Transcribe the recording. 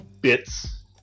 bits